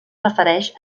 refereix